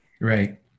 Right